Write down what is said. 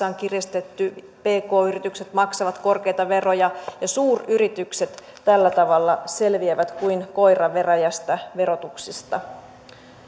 on kiristetty pk yritykset maksavat korkeita veroja ja suuryritykset tällä tavalla selviävät kuin koira veräjästä verotuksista